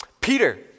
Peter